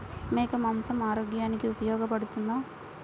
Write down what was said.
మేక మాంసం ఆరోగ్యానికి ఉపయోగపడుతుందా?